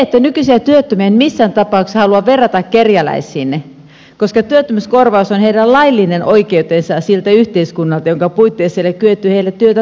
nykyisiä työttömiä en missään tapauksessa halua verrata kerjäläisiin koska työttömyyskorvaus on heidän laillinen oikeutensa siltä yhteiskunnalta jonka puitteissa ei ole kyetty heille työtä tarjoamaan